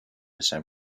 san